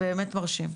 באמת מרשים.